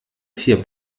vier